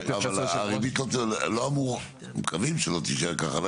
הריבית היום, לא אמורה, מקווים שלא תישאר ככה.